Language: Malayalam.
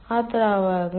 ആ ദ്രാവകങ്ങൾ